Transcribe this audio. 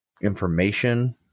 information